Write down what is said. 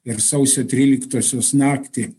ir sausio tryliktosios naktį